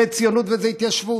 זה ציונות וזה התיישבות.